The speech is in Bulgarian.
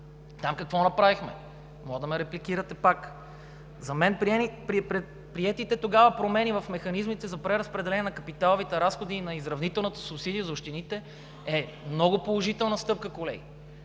Там какво направихме? Може да ме репликирате пак. За мен приетите тогава промени в механизмите за преразпределение на капиталовите разходи и на изравнителната субсидия за общините е много положителна стъпка, колеги.